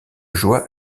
joie